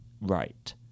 right